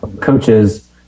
coaches